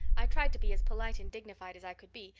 i tried to be as polite and dignified as i could be,